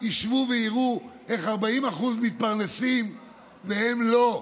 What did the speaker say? ישבו ויראו איך 40% מתפרנסים והם לא.